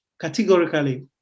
categorically